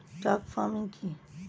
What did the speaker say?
Truck farming কি?